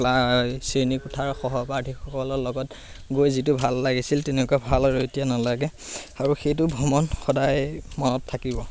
শ্ৰেণী কোঠাৰ সহপাঠীসকলৰ লগত গৈ যিটো ভাল লাগিছিল তেনেকুৱা ভাল আৰু এতিয়া নালাগে আৰু সেইটো ভ্ৰমণ সদায় মনত থাকিব